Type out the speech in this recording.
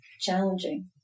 challenging